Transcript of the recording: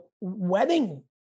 wedding